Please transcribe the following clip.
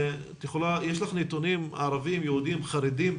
יש לך נתונים, ערבים, יהודים, חרדים?